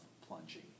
plunging